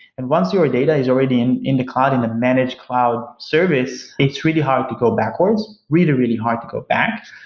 and once your data is already in in the cloud in the managed cloud service, it's really hard to go backwards. really, really hard to go back,